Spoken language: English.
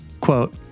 Quote